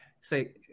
say